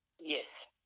Yes